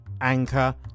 Anchor